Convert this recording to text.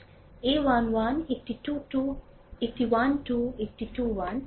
a 1 1 একটি 2 2 একটি 1 2 একটি 21